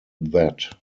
that